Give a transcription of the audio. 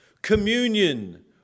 Communion